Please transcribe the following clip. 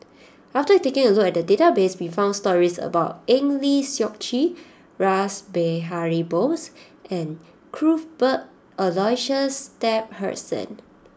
after taking a look at the database we found stories about Eng Lee Seok Chee Rash Behari Bose and Cuthbert Aloysius Shepherdson